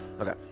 Okay